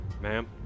Ma'am